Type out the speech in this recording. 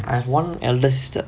I have one elder sister